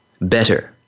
better